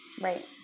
Right